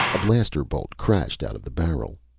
a blaster-bolt crashed out of the barrel.